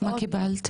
מה קיבלת?